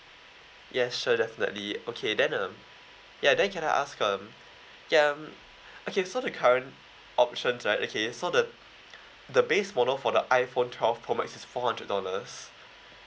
yes sure definitely okay then um ya then can I ask um ya um okay so the current options right okay so the the base model for the iphone twelve pro max is four hundred dollars